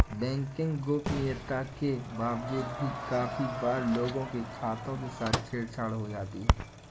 banking गोपनीयता के बावजूद भी काफी बार लोगों के खातों के साथ छेड़ छाड़ हो जाती है